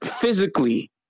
physically